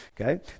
okay